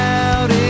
out